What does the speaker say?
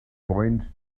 point